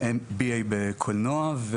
BA בקולנוע,